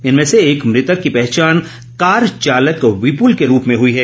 इनमें से एक मृतक की पहचान कार चालक विपुल के रूप में हुई है